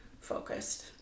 focused